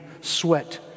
sweat